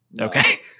Okay